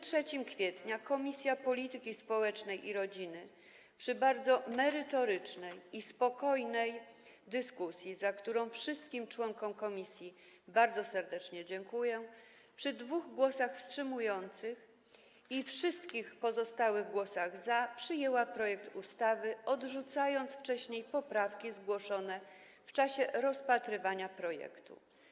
3 kwietnia Komisja Polityki Społecznej i Rodziny po bardzo merytorycznej i spokojnej dyskusji, za którą wszystkim członkom komisji bardzo serdecznie dziękuję, przy 2 głosach wstrzymujących się i wszystkich pozostałych głosach za przyjęła projekt ustawy, odrzucając wcześniej poprawki zgłoszone w czasie rozpatrywania projektu.